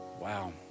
Wow